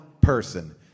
person